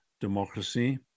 democracy